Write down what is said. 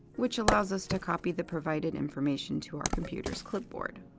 which allows us to copy the provided information to our computer's clipboard.